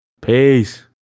Peace